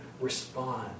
respond